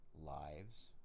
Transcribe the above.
lives